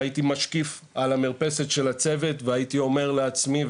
שהייתי משקיף על המרפסת של הצוות והייתי אומר לעצמי,